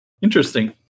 Interesting